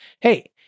hey